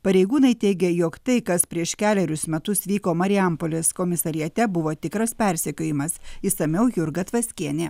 pareigūnai teigė jog tai kas prieš kelerius metus vyko marijampolės komisariate buvo tikras persekiojimas išsamiau jurga tvaskienė